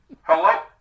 Hello